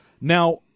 Now